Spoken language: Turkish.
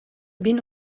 bin